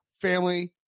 family